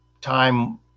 time